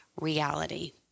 reality